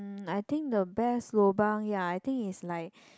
um I think the best lobang ya I think is like